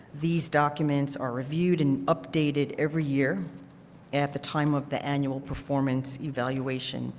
these documents are reviewed and updated every year at the time of the annual performance evaluation.